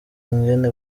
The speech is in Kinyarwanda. ingene